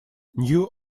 new